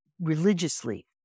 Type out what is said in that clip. religiously